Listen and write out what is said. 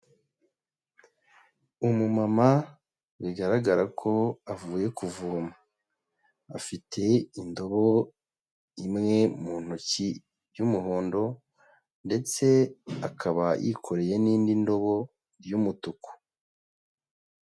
Umumama bigaragara ko avuye kuvoma, afite indobo imwe mu ntoki y'umuhondo ndetse akaba yikoreye n'indi ndobo y'umutuku.